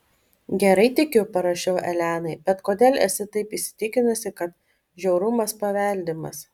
gerai tikiu parašiau elenai bet kodėl esi taip įsitikinusi kad žiaurumas paveldimas